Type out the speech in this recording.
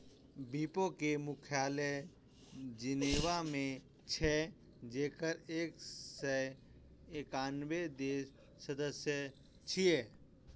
विपो के मुख्यालय जेनेवा मे छै, जेकर एक सय एकानबे देश सदस्य छियै